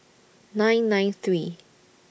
nine nine three